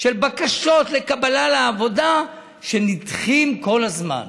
של בקשות לקבלה לעבודה, נדחים כל הזמן.